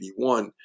1981